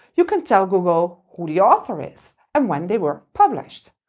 you can tell google who the author is and when they were published.